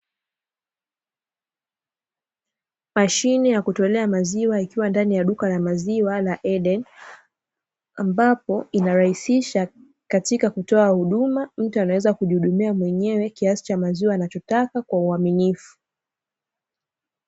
Mashine ya kutolea maziwa, ikiwa ndani ya duka la maziwa la "Eden", ambapo inarahisisha katika kutoa huduma, mtu anaweza kujihudumia mwenyewe kiasi cha maziwa anachotaka kwa uaminifu.